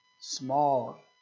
small